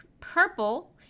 Purple